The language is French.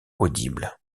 audibles